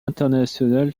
international